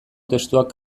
testuak